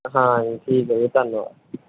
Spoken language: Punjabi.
ਹਾਂਜੀ ਠੀਕ ਹੈ ਵੀਰੇ ਧੰਨਵਾਦ